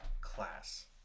class